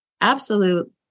absolute